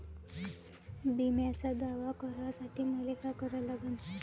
बिम्याचा दावा करा साठी मले का करा लागन?